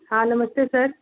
हाँ नमस्ते सर